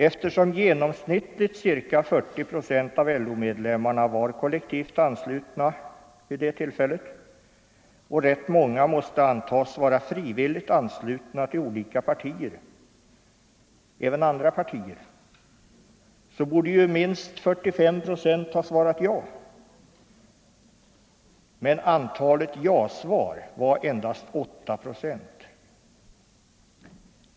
Eftersom genomsnittligt ca 40 procent av LO-medlemmarna var kollektivt anslutna och rätt många måste antas vara frivilligt anslutna även till andra partier, borde minst 45 procent ha svarat ja. Men andelen ja var endast 8 procent.